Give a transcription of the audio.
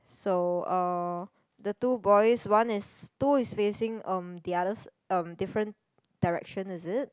so um the two boys one is two is facing um the other si~ um different direction is it